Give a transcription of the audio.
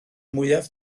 mwyaf